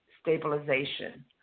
stabilization